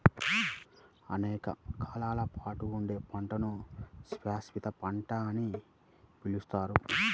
అనేక కాలాల పాటు ఉండే పంటను శాశ్వత పంట అని పిలుస్తారు